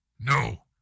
No